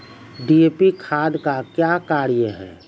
DAP खाद का क्या कार्य हैं?